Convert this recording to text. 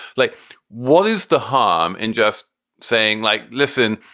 like what is the harm in just saying, like, listen,